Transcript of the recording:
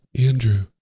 Andrew